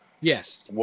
Yes